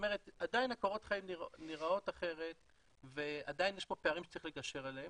עדיין קורות החיים נראים אחרת ועדיין יש פערים שצריך לגשר עליהם.